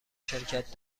شرکت